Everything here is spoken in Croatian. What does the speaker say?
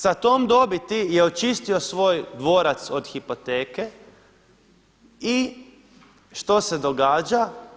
Sa tom dobiti je očistio svoj dvorac od hipoteke i što se događa?